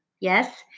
yes